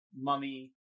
Mummy